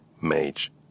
Mage